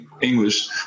English